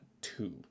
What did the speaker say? two